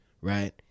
Right